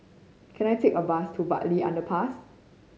can I take a bus to Bartley Underpass